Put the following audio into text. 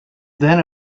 then